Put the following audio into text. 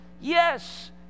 Yes